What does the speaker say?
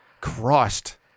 Christ